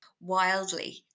wildly